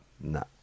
No